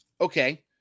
Okay